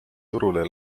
turule